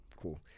Cool